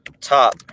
top